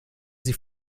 sie